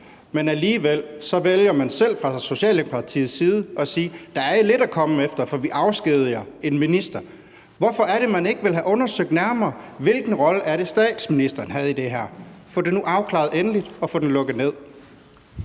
Men alligevel vælger man selv fra Socialdemokratiets side at sige: Der er lidt at komme efter, for vi afskediger en minister. Hvorfor er det, man ikke vil have undersøgt nærmere, hvilken rolle statsministeren havde i det her? Få det nu afklaret endeligt og få det lukket ned.